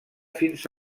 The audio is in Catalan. fins